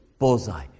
Bullseye